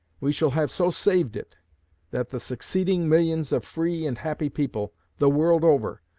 we shall have so saved it that the succeeding millions of free and happy people, the world over,